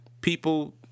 people